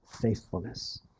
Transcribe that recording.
faithfulness